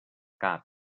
cap